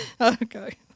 Okay